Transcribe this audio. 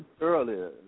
earlier